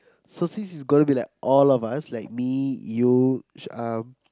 so since it's gonna be like all of us like me you um